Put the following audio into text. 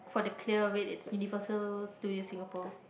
for the clear way is Universal Studio Singapore